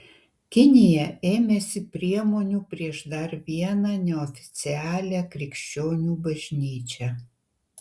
kinija ėmėsi priemonių prieš dar vieną neoficialią krikščionių bažnyčią